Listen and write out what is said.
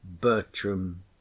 Bertram